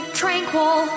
tranquil